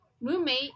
roommate